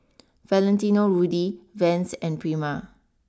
Valentino Rudy Vans and Prima